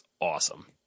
awesome